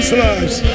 lives